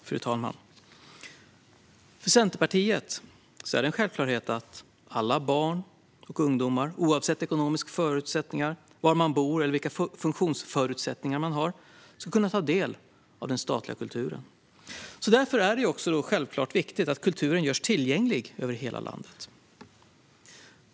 Fru talman! För Centerpartiet är det en självklarhet att alla barn och ungdomar, oavsett ekonomiska förutsättningar och oavsett var man bor eller vilka funktionsförutsättningar man har, ska kunna ta del av den statliga kulturen. Därför är det självklart viktigt att kulturen görs tillgänglig över hela landet.